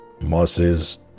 Moses